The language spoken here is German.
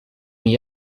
mir